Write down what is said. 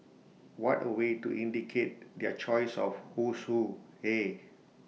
what A way to indicate their choice of Who's Who eh